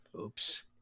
oops